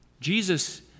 Jesus